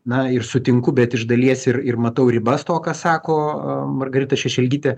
na ir sutinku bet iš dalies ir ir matau ribas to ką sako aaa margarita šešelgytė